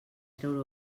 treure